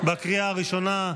בקריאה הראשונה.